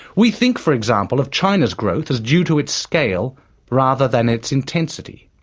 we think, for example, of china's growth as due to its scale rather than its intensity.